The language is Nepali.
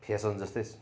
फेसन जस्तै